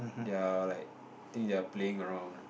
they are like think they are playing around